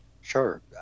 sure